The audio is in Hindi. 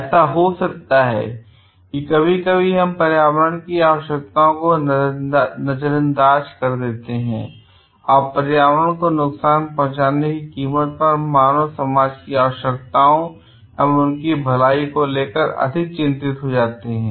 ऐसा हो सकता है कि कभी कभी हम पर्यावरण की आवश्यकताओं को नजरअंदाज कर देते हैं और पर्यावरण को नुकसान पहुंचाने की कीमत पर मानव समाज की आवश्यकताएं एवं उनकी भलाई को लेकर अधिक चिंतित हो जाते हैं